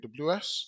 AWS